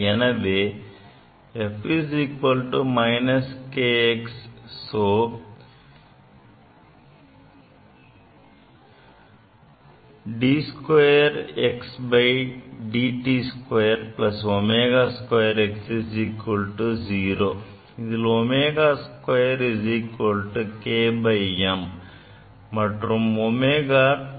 எனவே F Kx so d2xdt2 ω2x 0 இதில் ω2 Km மற்றும் ω 2πT ஆகும்